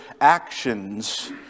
actions